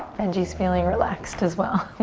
benji's feeling relaxed as well.